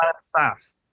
staff